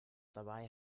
dabei